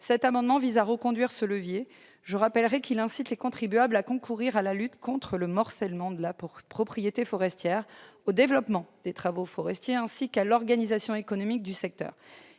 Cet amendement vise à reconduire ce levier : je le rappelle, il incite les contribuables à concourir à la lutte contre le morcellement de la propriété forestière, au développement des travaux forestiers, ainsi qu'à l'organisation économique du secteur.